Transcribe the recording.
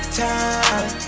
time